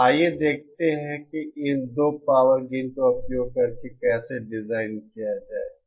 तो आइए देखते हैं कि इन 2 पावर गेन का उपयोग करके कैसे डिजाइन किया जाए